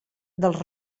dels